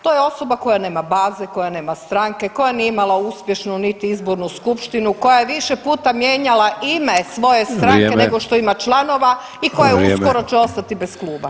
To je osoba koja nema baze, koja nema stranke, koja nije imala uspješnu niti izbornu skupštinu, koja je više puta mijenjala ime svoje stranke nego što ima članova [[Upadica Sanader: Vrijeme.]] i koja uskoro će ostati bez kluba.